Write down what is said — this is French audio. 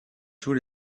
tous